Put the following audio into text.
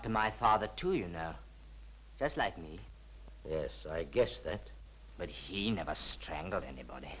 to my father too you know just like me yes i guess that but he never strangled anybody